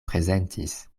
prezentis